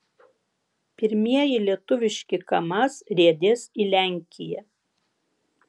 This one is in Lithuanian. pirmieji lietuviški kamaz riedės į lenkiją